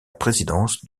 présidence